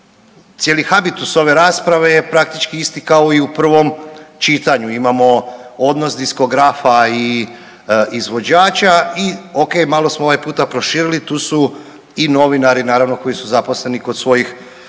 Cijeli habitus ove rasprave je praktički isti kao i u prvom čitanju, imamo odnos diskografa i izvođača i ok, malo smo ovaj put malo proširili, tu su i novinari koji su zaposleni kod svojih